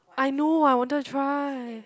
I know I wanted try